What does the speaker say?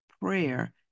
prayer